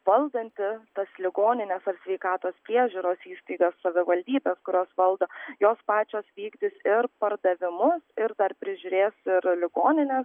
valdanti tas ligonines ar sveikatos priežiūros įstaigas savivaldybes kurios valdo jos pačios vykdys ir pardavimus ir dar prižiūrės ir ligonines